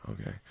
Okay